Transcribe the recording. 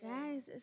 Guys